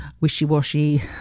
wishy-washy